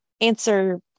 answer